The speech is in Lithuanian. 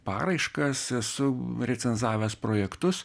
paraiškas esu recenzavęs projektus